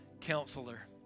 counselor